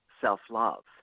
self-love